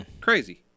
Crazy